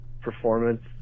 performance